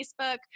Facebook